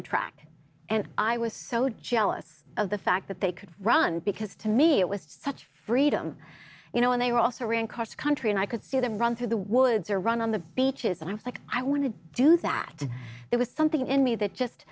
ran track and i was so jealous of the fact that they could run because to me it was just such freedom you know and they were also in cars country and i could see them run through the woods or run on the beaches and i was like i want to do that there was something in me that just